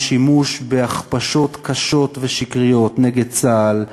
שימוש בהכפשות קשות ושקריות נגד צה"ל,